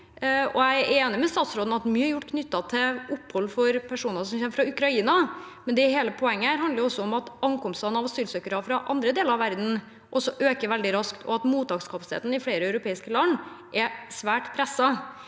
Jeg er enig med statsråden i at mye er gjort knyttet til opphold for personer som kommer fra Ukraina, men hele poenget er at ankomsten av asylsøkere fra andre deler av verden også øker veldig raskt, og at mottakskapasiteten i flere europeiske land er svært presset.